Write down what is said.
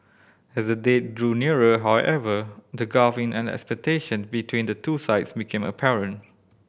as the date drew nearer however the gulf in an expectation between the two sides became apparent